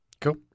Cool